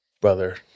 brother